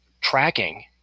tracking